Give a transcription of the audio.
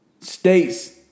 states